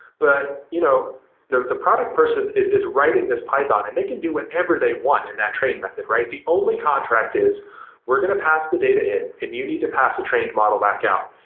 but, you know the the product person is is writing this python, and they can do whatever they want in that train method, right? the only contract is we're going to pass the data in and you need to pass the trained model back out.